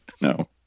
no